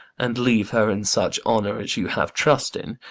and leave her in such honour as you have trust in,